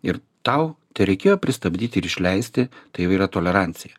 ir tau tereikėjo pristabdyti ir išleisti tai yra tolerancija